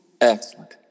Excellent